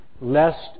lest